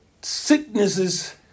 sicknesses